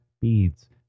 beads